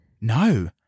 No